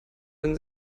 wenn